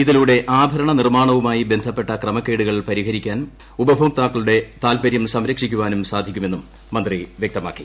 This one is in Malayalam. ഇതിലൂടെ ആഭരണ നിർമ്മാണവുമായി ബ്രസ്പ്പെട്ട ക്രമക്കേടുകൾ പരിഹരിക്കാനും ഉപഭോക്താക്കളുടെ താല്പര്യം സംരക്ഷിക്കാനും സാധിക്കുമെന്നും മന്ത്രി വ്യക്തമാക്കി